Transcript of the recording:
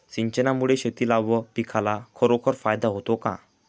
सिंचनामुळे शेतीला व पिकाला खरोखर फायदा होतो का?